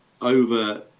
over